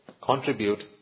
contribute